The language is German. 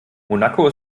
monaco